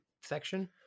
section